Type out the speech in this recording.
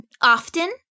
often